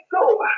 go